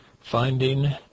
finding